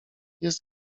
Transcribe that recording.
jest